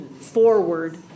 forward